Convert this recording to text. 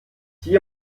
hier